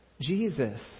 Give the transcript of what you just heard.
Jesus